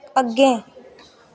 अग्गें